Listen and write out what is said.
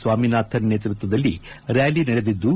ಸ್ವಾಮಿನಾಥನ್ ನೇತೃತ್ವದಲ್ಲಿ ರ್ವಾಲಿ ನಡೆದಿದ್ದು